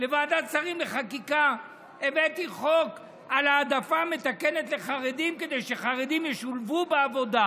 לוועדת השרים לחקיקה על העדפה מתקנת לחרדים כדי שחרדים ישולבו בעבודה,